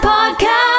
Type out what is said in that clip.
Podcast